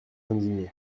indigné